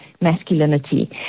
masculinity